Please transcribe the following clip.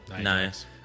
Nice